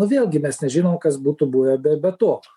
nu vėlgi mes nežinom kas būtų buvę be be to